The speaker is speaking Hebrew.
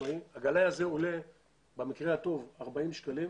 הגלאי הזה עולה במקרה הטוב 40 שקלים.